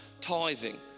tithing